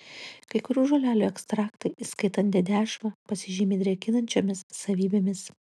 kai kurių žolelių ekstraktai įskaitant dedešvą pasižymi drėkinančiomis savybėmis